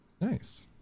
Nice